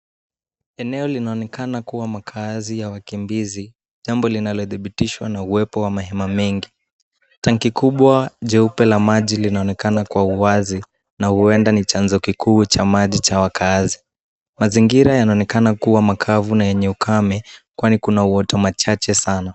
Eneo linaonekana kuwa makazi ya wakimbizi, jambo linalodhibitishwa na uwepo wa mahema mengi, tanki kubwa jeupe linaonekana kwa uwazi na huenda ni chanzo kikuu cha maji cha wakaazi, mazingira yanaonekana kuwa makavu na yenye ukame kwani kuna uoto machache sana.